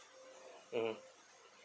mmhmm